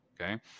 Okay